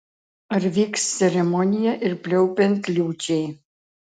ar vyks ceremonija ir pliaupiant liūčiai